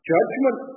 Judgment